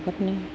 गथ'फोरनि